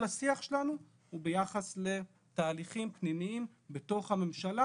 כל השיח שלנו הוא ביחס לתהליכים פנימיים בתוך הממשלה,